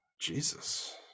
Jesus